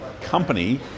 company